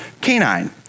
canine